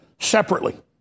separately